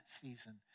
season